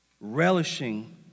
relishing